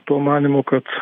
to manymo kad